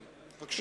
בבקשה.